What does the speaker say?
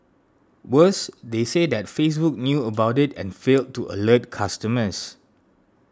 worse they say that Facebook knew about it and failed to alert customers